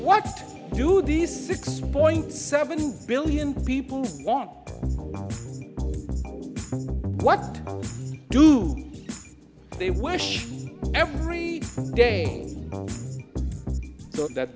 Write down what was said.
what do these six point seven billion people what do they wish every day that